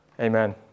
amen